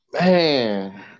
Man